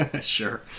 Sure